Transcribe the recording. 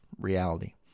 reality